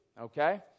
okay